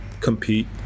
compete